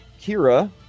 Kira